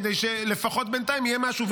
כדי שלפחות בינתיים יהיה משהו.